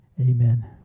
amen